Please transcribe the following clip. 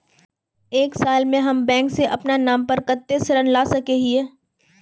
एक साल में हम बैंक से अपना नाम पर कते ऋण ला सके हिय?